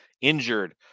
injured